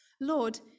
Lord